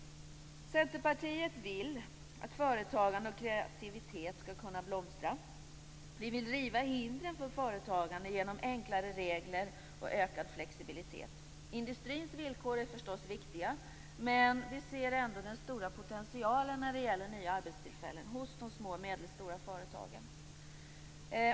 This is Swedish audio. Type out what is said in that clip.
Centerpartiet vill att företagande och kreativitet skall kunna blomstra. Vi vill riva hindren för företagande genom enklare regler och ökad flexibilitet. Industrins villkor är förstås viktiga. Men vi ser ändå den stora potentialen när det gäller nya arbetstillfällen hos de små och medelstora företagen.